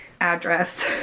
address